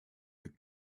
that